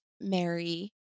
Mary